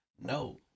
No